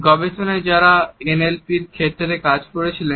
গবেষকরা যারা N L পির ক্ষেত্রে কাজ করছিলেন